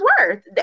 worth